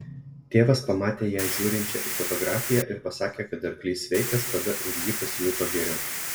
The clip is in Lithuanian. tėvas pamatė ją žiūrinčią į fotografiją ir pasakė kad arklys sveikas tada ir ji pasijuto geriau